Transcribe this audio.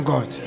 God